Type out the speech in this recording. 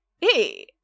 hey